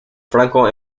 franco